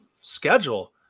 schedule